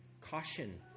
caution